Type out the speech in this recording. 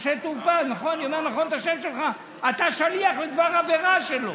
אתה שליח לדבר העבירה שלו.